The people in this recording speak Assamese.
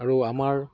আৰু আমাৰ